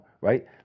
right